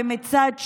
ומצד שני,